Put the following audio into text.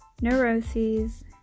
Neuroses